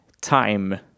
time